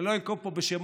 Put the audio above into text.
אני לא אנקוב פה בשמות.